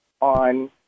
on